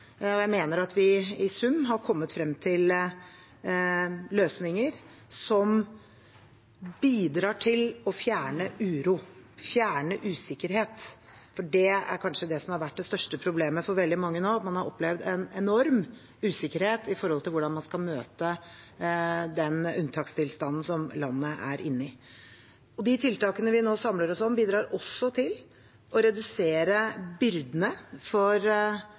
og jeg mener at vi i sum er kommet frem til løsninger som bidrar til å fjerne uro og usikkerhet, for det er kanskje det som har vært det største problemet for veldig mange nå: at man har opplevd en enorm usikkerhet med hensyn til hvordan man skal møte den unntakstilstanden som landet er inne i. De tiltakene vi nå samler oss om, bidrar også til å redusere byrdene for